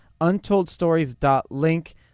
untoldstories.link